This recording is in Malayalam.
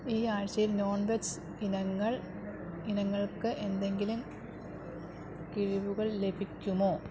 ഈ ആഴ്ചയിൽ നോൺവെജ് ഇനങ്ങൾ ഇനങ്ങൾക്ക് എന്തെങ്കിലും കിഴിവുകൾ ലഭിക്കുമോ